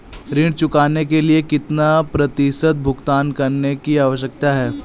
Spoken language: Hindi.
ऋण चुकाने के लिए कितना प्रतिशत भुगतान करने की आवश्यकता है?